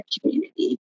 community